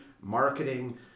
marketing